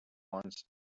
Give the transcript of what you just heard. once